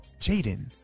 Jaden